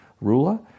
ruler